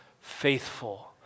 faithful